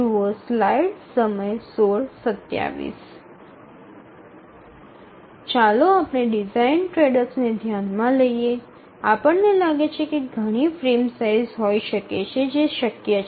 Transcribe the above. ચાલો આપણે design trade અપ્સને ધ્યાનમાં લઈએ આપણને લાગે છે કે ઘણી ફ્રેમ સાઇઝ હોઈ શકે છે જે શક્ય છે